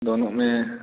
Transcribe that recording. दोनों में